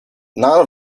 none